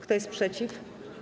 Kto jest przeciw?